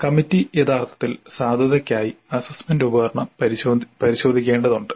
committee യഥാർത്ഥത്തിൽ സാധുതയ്ക്കായി assessment ഉപകരണം പരിശോധിക്കേണ്ടതുണ്ട്